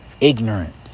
ignorant